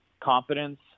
confidence